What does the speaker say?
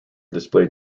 displayed